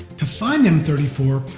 to find m three four,